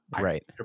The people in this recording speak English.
Right